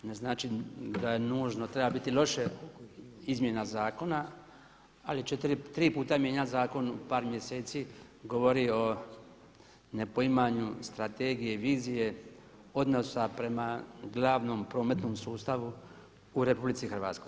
Ne znači da nužno treba biti loše izmjena zakona, ali 3 puta mijenjat zakon u par mjeseci govori o nepoimanju strategije i vizije odnosa prema glavnom prometnom sustavu u RH.